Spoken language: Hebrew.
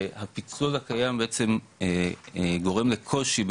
שהפיצול הקיים בעצם גורם לקושי,